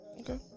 Okay